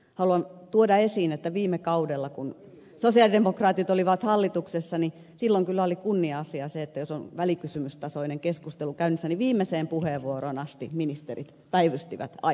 haluan tuoda esiin että viime kaudella kun sosialidemokraatit olivat hallituksessa silloin kyllä oli kunnia asia se että jos on välikysymystasoinen keskustelu käynnissä niin viimeiseen puheenvuoroon asti ministerit päivystivät aitiossa